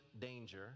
danger